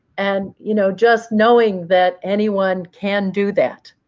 and you know just knowing that anyone can do that